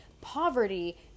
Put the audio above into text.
poverty